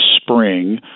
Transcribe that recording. spring